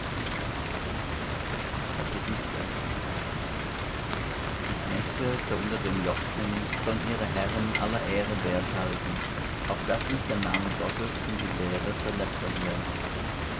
die knechte so unter dem joch sind sollen ihre herren aller ehre wert halten auf daß nicht der name gottes und die lehre verlästert werde